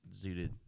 zooted